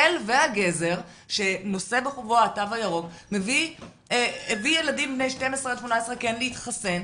המקל והגזר שנושא בחובו התו הירוק הביא ילדים בני 18-12 כן להתחסן,